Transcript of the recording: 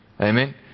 Amen